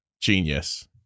genius